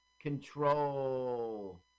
control